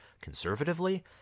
conservatively